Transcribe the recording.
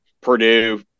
Purdue